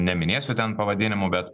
neminėsiu ten pavadinimų bet